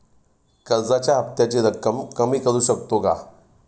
कर्जाच्या हफ्त्याची रक्कम कमी करू शकतो का?